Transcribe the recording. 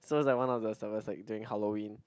so is like one of the Sabbaths like during Halloween